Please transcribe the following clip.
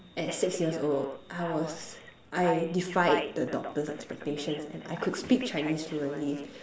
at six years old I was I defied the doctor's expectations and I could speak Chinese fluently